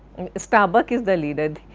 starbuck is the leader.